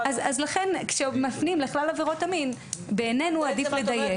כאשר מפנים לכלל עבירות המין, בעינינו עדיף לדייק.